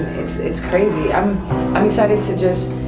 it's crazy, i'm ah i'm excited to just,